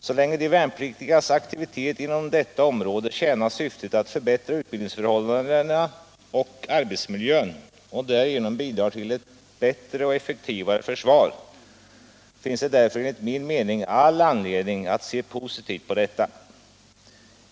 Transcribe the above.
Så länge de värnpliktigas aktivitet inom detta område tjänar syftet att förbättra utbildningsförhållandena och arbetsmiljön och därigenom bidrar till ett bättre och effektivare försvar finns det därför enligt min mening all anledning att se positivt på detta.